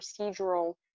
procedural